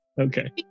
Okay